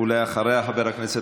זוהי נקודת שפל של מדינת